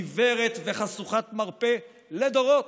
עיוורת וחשוכת מרפא לדורות?